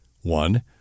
One